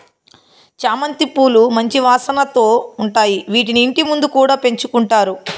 చామంతి పూలు మంచి వాసనతో ఉంటాయి, వీటిని ఇంటి ముందు కూడా పెంచుకుంటారు